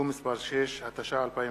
(תיקון מס' 6), התש"ע 2010,